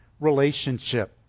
relationship